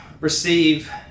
receive